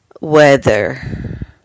weather